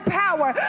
power